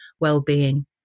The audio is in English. well-being